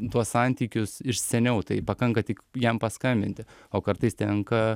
tuos santykius iš seniau tai pakanka tik jam paskambinti o kartais tenka